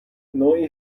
نوعی